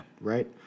right